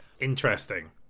interesting